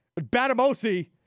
Batamosi